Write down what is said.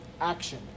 action